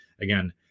Again